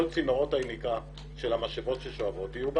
כל צינורות היניקה של המשאבות ששואבות יהיו באוויר,